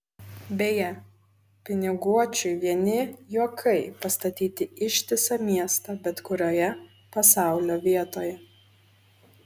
beje piniguočiui vieni juokai pastatyti ištisą miestą bet kurioje pasaulio vietoje